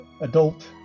adult